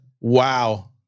Wow